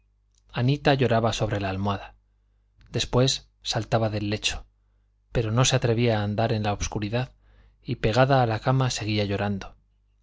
anita lloraba sobre la almohada después saltaba del lecho pero no se atrevía a andar en la obscuridad y pegada a la cama seguía llorando